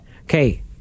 Okay